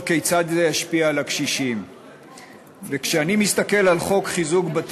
כבוד היושבת-ראש, חברי חברי